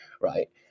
right